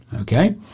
okay